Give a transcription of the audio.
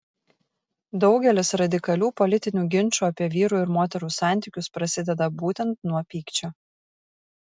daugelis radikalių politinių ginčų apie vyrų ir moterų santykius prasideda būtent nuo pykčio